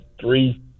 three